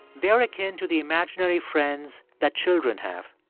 they are akin to the imaginary friends that children have.